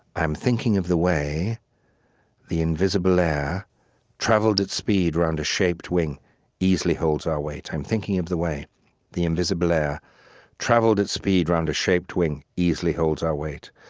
i am thinking of the way the invisible air traveled at speed round a shaped wing easily holds our weight. i am thinking of the way the invisible air traveled at speed round a shaped wing easily holds our weight.